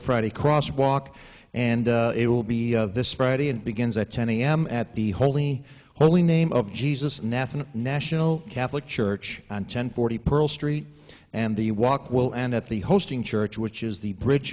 friday crosswalk and it will be this friday and begins at ten a m at the holy holy name of jesus nathen national catholic church on ten forty pearl street and the walk will and at the hosting church which is the bridge